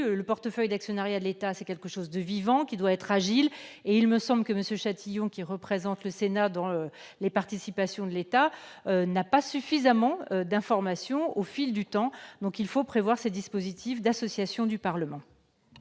le portefeuille d'actionnariat de l'État est quelque chose de vivant, qui doit être géré avec agilité ; or il me semble que M. Chatillon, qui représente le Sénat en matière de participations de l'État, n'est pas suffisamment informé au fil du temps. Il faut donc prévoir un dispositif d'association du Parlement